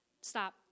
Stop